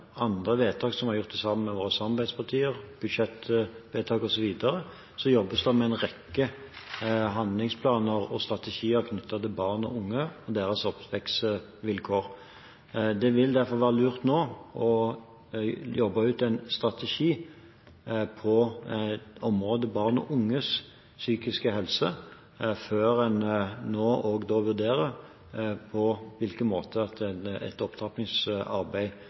andre vedtak som er gjort i samarbeid med våre samarbeidspartier, budsjettvedtak osv., jobber med en rekke handlingsplaner og strategier knyttet til barn og unge og deres oppvekstvilkår. Det vil derfor være lurt nå å jobbe ut en strategi på området barn og unges psykiske helse før en også vurderer på hvilken måte et opptrappingsarbeid